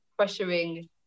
pressuring